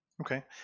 okay